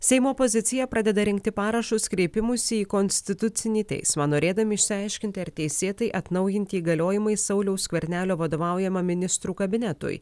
seimo opozicija pradeda rinkti parašus kreipimuisi į konstitucinį teismą norėdami išsiaiškinti ar teisėtai atnaujinti įgaliojimai sauliaus skvernelio vadovaujamam ministrų kabinetui